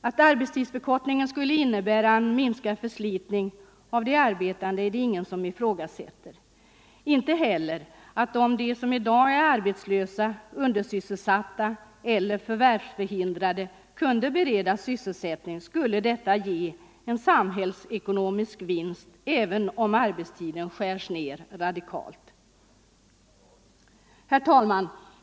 Att arbetstidsförkortningen skulle innebära en minskad förslitning av de arbetande är det ingen som ifrågasätter, inte heller att det — även om arbetstiden skärs ned radikalt — skulle ge en samhällsekonomisk vinst om de som i dag är arbetslösa, undersysselsatta eller förvärvsförhindrade kunde beredas sysselsättning. Herr talman!